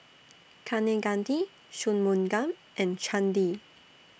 Kaneganti Shunmugam and Chandi